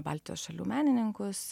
baltijos šalių menininkus